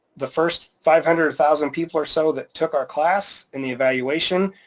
the first five hundred thousand people or so that took our class in the evaluation,